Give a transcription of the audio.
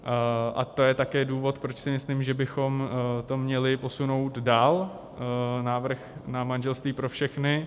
A to je také důvod, proč si myslím, že bychom to měli posunout dál návrh na manželství pro všechny.